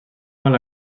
mal